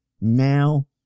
now